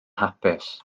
hapus